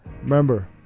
Remember